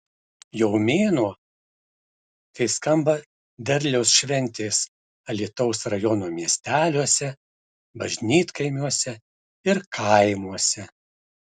jau mėnuo kai skamba derliaus šventės alytaus rajono miesteliuose bažnytkaimiuose ir kaimuose